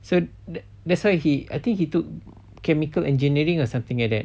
so that that's why he I think he took chemical engineering or something like that